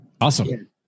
Awesome